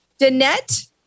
Danette